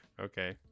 Okay